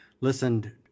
listened